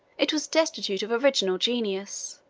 it was destitute of original genius